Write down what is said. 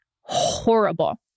horrible